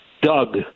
Doug